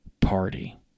party